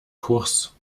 kurs